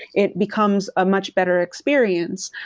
it becomes a much better experience.